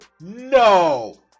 No